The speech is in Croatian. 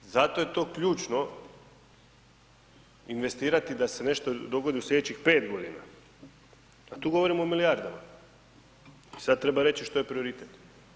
Zato je to ključno investirati da se nešto dogodi u slijedećih 5 godina, a tu govorimo o milijardama i sad treba reći što je prioritet.